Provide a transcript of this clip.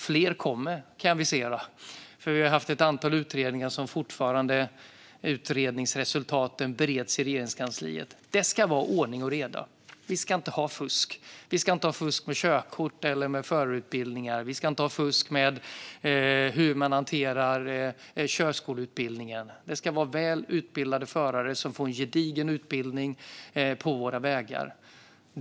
Fler kommer, kan jag avisera, för vi har haft ett antal utredningar för vilka utredningsresultaten fortfarande bereds i Regeringskansliet. Det ska vara ordning och reda. Vi ska inte ha fusk med körkort eller med förarutbildningar. Vi ska inte ha fusk med hur man hanterar körskoleutbildningen. Det ska vara väl utbildade förare som får en gedigen utbildning på våra vägar.